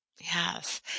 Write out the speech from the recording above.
Yes